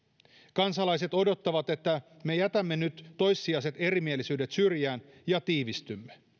kansalaiset odottavat että me jätämme nyt toissijaiset erimielisyydet syrjään ja tiivistymme